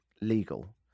legal